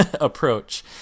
approach